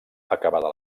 acabada